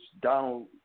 Donald